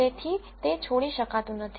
તેથી તે છોડી શકાતું નથી